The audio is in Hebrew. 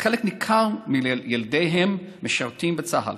וחלק ניכר מילדיהם משרתים בצה"ל.